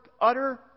utter